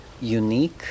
Unique